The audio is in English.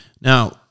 Now